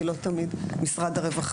כי לא תמיד זה נמצא אצל משרד הרווחה,